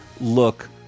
look